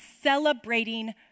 celebrating